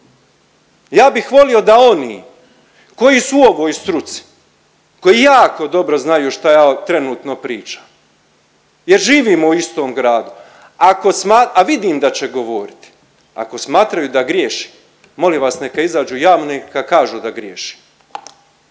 Ja bih volio da oni koji su u ovoj struci, koji jako dobro znaju šta ja trenutno pričam jer živimo u istom gradu, a vidim da će govoriti, ako smatraju da griješim molim vas neka izađu javno i neka kažu da griješim.